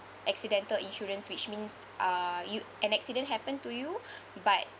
accidental insurance which means uh you an accident happen to you but